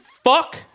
Fuck